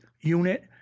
unit